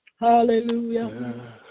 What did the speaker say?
hallelujah